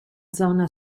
zona